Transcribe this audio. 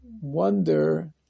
wonder